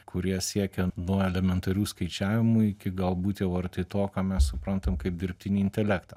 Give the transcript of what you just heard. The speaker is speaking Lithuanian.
kurie siekiant nuo elementarių skaičiavimų iki galbūt jau arti to ką mes suprantam kaip dirbtinį intelektą